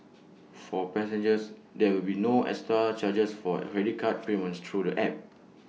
for passengers there will be no extra charges for credit card payments through the app